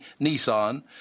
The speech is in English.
Nissan